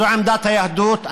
זו עמדת היהדות.